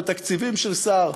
תקציבים של שר,